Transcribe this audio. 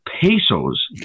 pesos